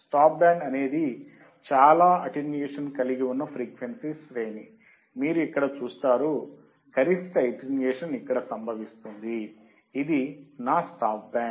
stop band అనేది చాలా attenuation కలిగి ఉన్న ఫ్రీక్వెన్సీ శ్రేణి మీరు ఇక్కడ చూస్తారు గరిష్ట అటెన్యుయేషన్ ఇక్కడ సంభవిస్తుంది ఇది స్టాప్ బ్యాండ్